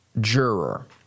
juror